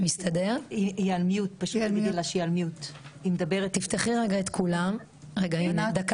אני עוסקת בתחום בריאות הנפש